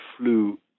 flew